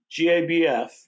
GABF